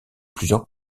plusieurs